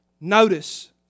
Notice